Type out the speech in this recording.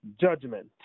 judgment